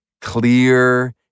clear